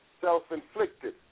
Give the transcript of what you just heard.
self-inflicted